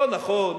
לא נכון.